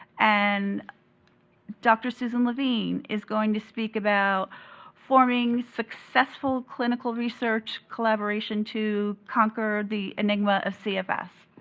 and dr. susan levine is going to speak about forming successful clinical research collaboration to conquer the enigma of cfs.